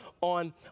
on